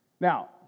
Now